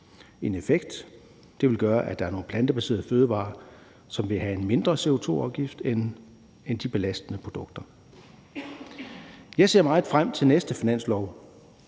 en effekt. Det vil gøre, at der er nogle plantebaserede fødevarer, som vil have en mindre CO2-afgift end de belastende produkter. Jeg ser meget frem til den næste finanslov,